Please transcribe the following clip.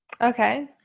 okay